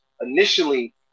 initially